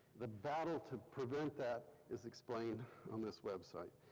the battle to prevent that is explained on this website,